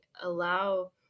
allow